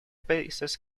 pieces